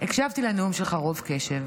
הקשבתי לנאום שלך רוב קשב.